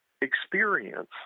experience